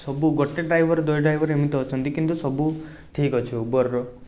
ସବୁ ଗୋଟେ ଡ୍ରାଇଭର୍ ଦୁଇ ଡ୍ରାଇଭର୍ ଏମିତି ଅଛନ୍ତି କିନ୍ତୁ ସବୁ ଠିକ୍ଅଛି ଉବେରର